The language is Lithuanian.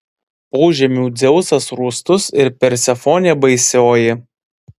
požemių dzeusas rūstus ir persefonė baisioji